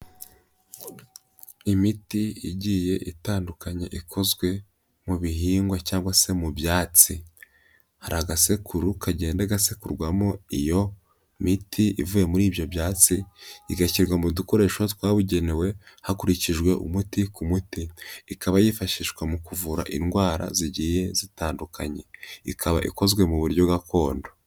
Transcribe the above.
Imiti igiye itandukanyekanya ikozwe mu bihingwa cyangwa se mu byatsi, hari agasekuru kagenda gasekurwamo iyo miti ivuye muri ibyo byatsi, igashyirwa mu dukoresho twabugenewe hakurikijwe umuti ku muti, ikaba yifashishwa mu kuvura indwara zigiye zitandukanye, ikaba ikozwe mu buryo gakondo.